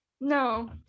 No